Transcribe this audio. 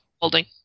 holding